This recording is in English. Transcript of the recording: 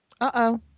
uh-oh